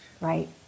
right